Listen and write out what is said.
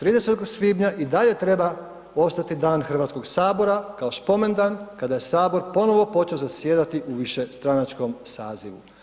30. svibnja i dalje treba ostati Dan Hrvatskog sabora kao spomendan kada je Sabor ponovo počeo zasjedati u višestranačkom sazivu.